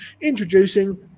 introducing